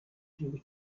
gihugu